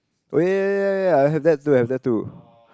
oh yea yea yea yea yea I have that too have that too